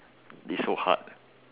is so hard